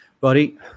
Buddy